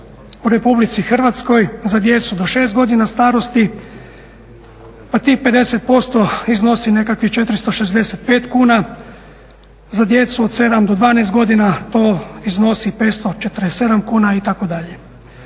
u Republici Hrvatskoj za djecu do 6 godina starosti pa tih 50% iznosi nekakvih 465 kuna. Za djecu od 7 do 12 godina to iznosi 547 kuna itd..